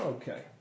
Okay